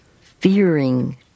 fearing